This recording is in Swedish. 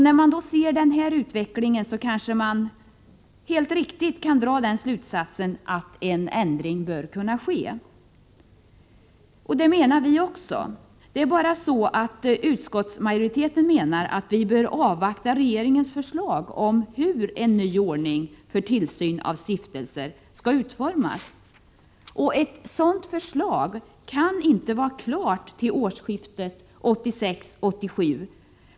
När man ser denna utveckling kan man helt riktigt dra den slutsatsen att en ändring bör kunna ske. Det menar vi också. Det är bara så att utskottsmajoriteten menar att vi bör avvakta regeringens förslag om hur en ny ordning för tillsyn av stiftelser skall utformas. Ett sådant förslag kan inte vara klart till årsskiftet 1986-1987.